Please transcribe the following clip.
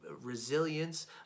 resilience